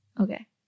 Okay